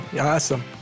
Awesome